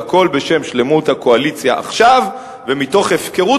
והכול בשם שלמות הקואליציה עכשיו ומתוך הפקרות